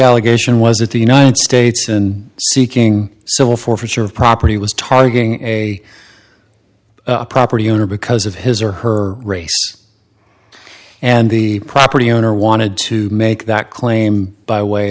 allegation was that the united states and seeking civil forfeiture of property was targeting a property owner because of his or her race and the property owner wanted to make that claim by way